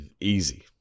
easy